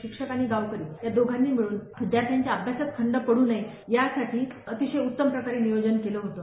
शिक्षक आणि गावकरी या दोघांनी मिळून विद्यार्थ्यांच्या अभ्यासात खंड पड्र नये यासाठी अतिशय उत्तम प्रकारे नियोजन केलं होतं